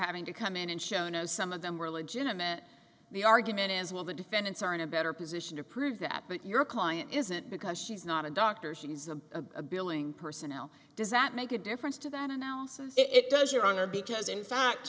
having to come in and show you know some of them were illegitimate the argument is well the defendants are in a better position to prove that but your client isn't because she's not a doctor she's a billing personnel does that make a difference to that analysis it does your honor because in fact